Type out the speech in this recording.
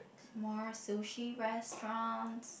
more sushi restaurant